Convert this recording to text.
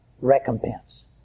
recompense